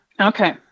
Okay